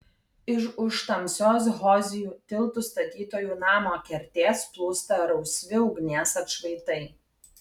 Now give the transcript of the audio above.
iš už tamsios hozijų tiltų statytojų namo kertės plūsta rausvi ugnies atšvaitai